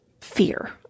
fear